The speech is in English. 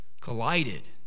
collided